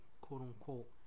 quote-unquote